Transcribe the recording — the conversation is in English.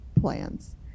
plans